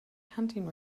hunting